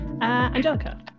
Angelica